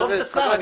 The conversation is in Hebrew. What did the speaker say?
עזוב את השר.